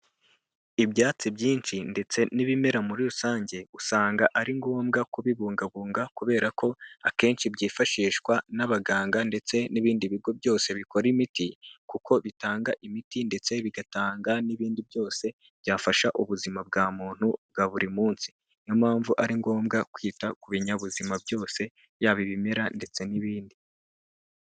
Ibyatsi byinshi ndetse n'ibimera muri rusange, usanga ari ngombwa kubibungabunga kubera ko akenshi byifashishwa n'abaganga ndetse n'ibindi bigo byose bikora imiti, kuko bitanga imiti ndetse bigatanga n'ibindi byose byafasha ubuzima bwa muntu bwa buri munsi, niyo mpamvu ari ngombwa kwita ku binyabuzima byose yaba ibimera ndetse n'ibindi.